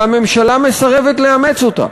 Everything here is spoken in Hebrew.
והממשלה מסרבת לאמץ אותה.